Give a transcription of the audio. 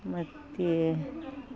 ಮತ್ತು